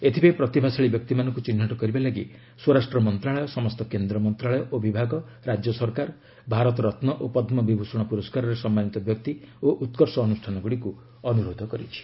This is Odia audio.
ଏଥିପାଇଁ ପ୍ରତିଭାଶାଳୀ ବ୍ୟକ୍ତିମାନଙ୍କୁ ଚିହ୍ନଟ କରିବା ଲାଗି ସ୍ୱରାଷ୍ଟ୍ର ମନ୍ତ୍ରଣାଳୟ ସମସ୍ତ କେନ୍ଦ୍ର ମନ୍ତ୍ରଣାଳୟ ଓ ବିଭାଗ ରାଜ୍ୟ ସରକାର ଭାରତ ରତ୍ନ ଓ ପଦ୍ମ ବିଭୂଷଣ ପୁରସ୍କାରରେ ସମ୍ମାନିତ ବ୍ୟକ୍ତି ଓ ଉତ୍କର୍ଷ ଅନୁଷ୍ଠାନ ଗୁଡ଼ିକୁ ଅନୁରୋଧ କରିଛି